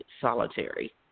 solitary